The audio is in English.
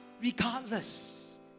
Regardless